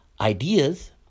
ideas